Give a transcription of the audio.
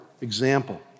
example